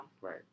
Right